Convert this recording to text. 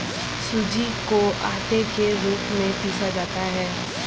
सूजी को आटे के रूप में पीसा जाता है